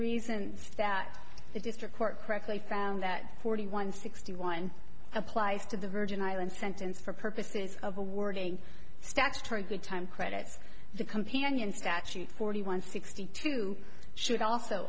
reasons that the district court correctly found that forty one sixty one applies to the virgin islands sentence for purposes of awarding statutory good time credits the companion statute forty one sixty two should also